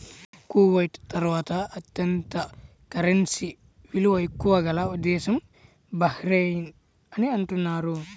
Kuwait తర్వాత అత్యంత currency విలువ ఎక్కువ గల దేశం బహ్రెయిన్ అని అంటున్నారు